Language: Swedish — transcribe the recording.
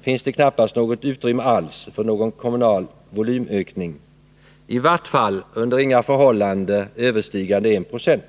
finns det knappast något utrymme alls för någon kommunal volymökning, i varje fall under inga förhållanden överstigande 196.